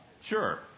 Sure